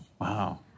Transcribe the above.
Wow